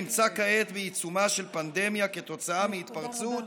נמצא כעת בעיצומה של פנדמיה כתוצאה מהתפרצות